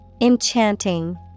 Enchanting